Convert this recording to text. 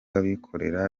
abikorera